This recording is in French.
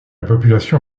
population